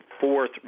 fourth